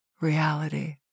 reality